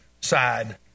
side